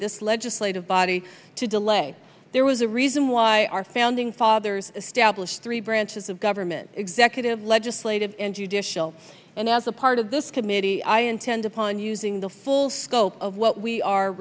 this legislative body to delay there was a reason why our founding fathers established three branches of government executive legislative and judicial and as a part of this committee i intend upon using the full scope of what we are